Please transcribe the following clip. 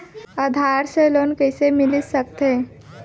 आधार से लोन कइसे मिलिस सकथे?